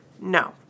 No